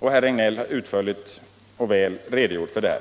Herr Regnéll har utförligt och väl redogjort för den.